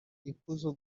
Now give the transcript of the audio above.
ikuzo